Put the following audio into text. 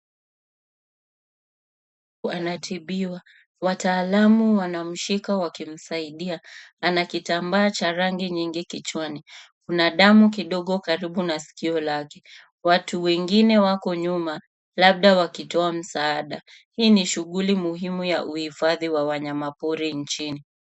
Wanatibiwa, wataalamu wanamshika wakimsaidia. Ana kitambaa cha rangi nyingi kichwani. Kuna damu kidogo karibu na sikio lake. Watu wengine wako nyuma, labda wakitoa msaada. Hii ni shughuli muhimu ya uhifadhi wa wanyama pori nchini.